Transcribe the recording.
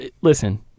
listen